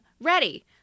ready